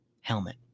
helmet